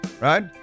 right